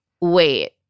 wait